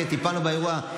טיפלנו באירוע.